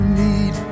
need